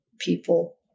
people